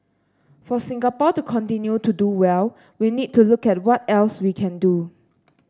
for Singapore to continue to do well we need to look at what else we can do